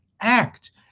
act